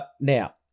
now